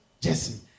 Jesse